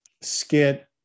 skit